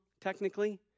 technically